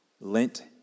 lent